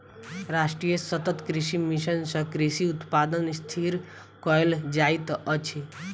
राष्ट्रीय सतत कृषि मिशन सँ कृषि उत्पादन स्थिर कयल जाइत अछि